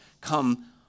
come